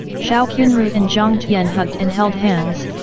zhao qianru and jiang tian hugged and held hands,